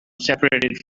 separated